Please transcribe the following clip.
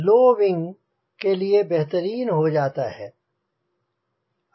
लो wing के लिए बेहतरीन हो जाता है